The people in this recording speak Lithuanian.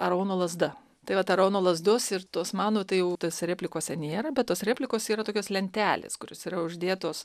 aarono lazda tai vat aarono lazdos ir tos manu tai jau tose replikose nėra bet tos replikos yra tokios lentelės kurios yra uždėtos